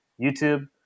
YouTube